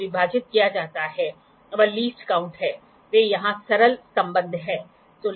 workpiece पर acute angle की सुविधा के लिए अक्यूूट एंगल संलग्न किया जाता है